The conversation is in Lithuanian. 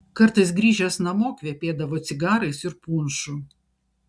kartais grįžęs namo kvepėdavo cigarais ir punšu